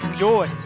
joy